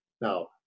Now